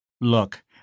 Look